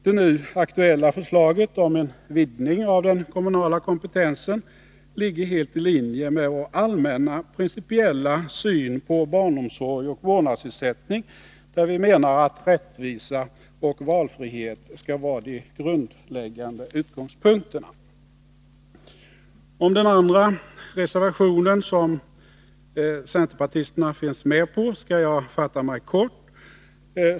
Det nu aktuella förslaget om en vidgning av den kommunala kompetensen ligger helt i linje med vår allmänna, principiella syn på barnomsorg och vårdnadsersättning, där vi menar att rättvisa och valfrihet skall vara de grundläggande utgångspunkterna. Om den andra reservationen som centerpartisterna och de övriga borgerliga företrädarna har avgett skall jag fatta mig kort.